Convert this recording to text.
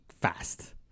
fast